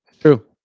True